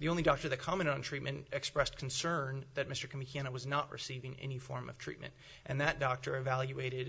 the only doctor the comment on treatment expressed concern that mr comey and i was not receiving any form of treatment and that doctor evaluated